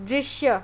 दृश्य